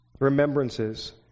remembrances